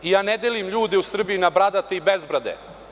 Ne delim ljude u Srbiji na bradate i bezbrade.